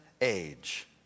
age